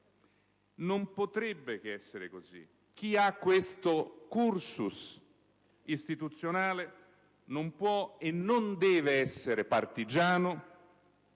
Non potrebbe che essere così. Chi può vantare un tale *cursus* istituzionale non può e non deve essere partigiano,